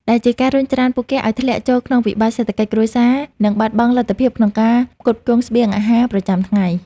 ដែលជាការរុញច្រានពួកគេឱ្យធ្លាក់ចូលក្នុងវិបត្តិសេដ្ឋកិច្ចគ្រួសារ និងបាត់បង់លទ្ធភាពក្នុងការផ្គត់ផ្គង់ស្បៀងអាហារប្រចាំថ្ងៃ។